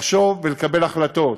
לחשוב ולקבל החלטות.